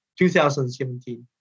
2017